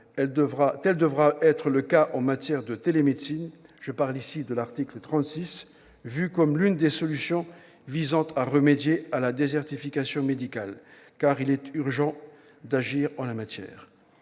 Tel devra être le cas en matière de télémédecine, je parle ici de l'article 36 : c'est une des solutions visant à remédier à la désertification médicale. Il est urgent d'agir en la matière.